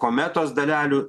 kometos dalelių